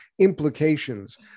implications